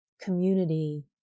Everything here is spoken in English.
community